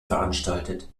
veranstaltet